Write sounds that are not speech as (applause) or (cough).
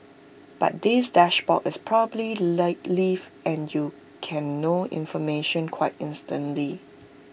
but this dashboard is probably (unintelligible) live and you can know information quite instantly